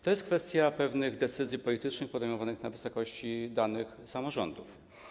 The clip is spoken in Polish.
To jest kwestia pewnych decyzji politycznych podejmowanych na wysokości danych samorządów.